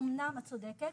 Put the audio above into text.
את צודקת,